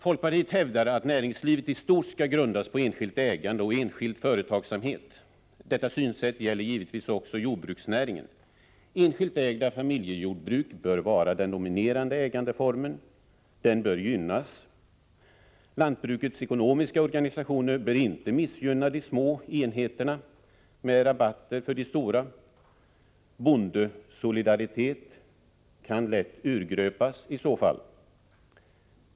Folkpartiet hävdar att näringslivet i stort skall grundas på enskilt ägande och enskild företagsamhet. Detta synsätt gäller givetvis också jordbruksnäringen. Enskilt ägda familjejordbruk bör vara den dominerande ägandeformen. Den formen bör gynnas. Lantbrukets ekonomiska organisationer bör inte missgynna de små enheterna med rabatter för de stora. Bondesolidaritet kan lätt urgröpas i så fall.